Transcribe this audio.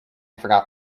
forgot